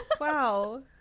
Wow